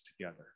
together